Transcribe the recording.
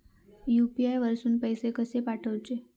UPI वरसून पैसे कसे पाठवचे?